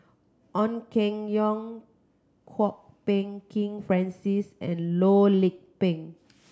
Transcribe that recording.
Ong Keng Yong Kwok Peng Kin Francis and Loh Lik Peng